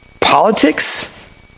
Politics